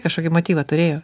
kažkokį motyvą turėjo